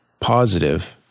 positive